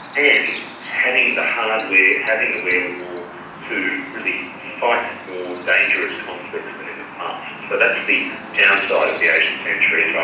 and having the hardware, having the wherewithal to really fight more dangerous conflicts than in the past. so that's the downside of the asian century